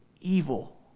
Evil